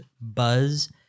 buzz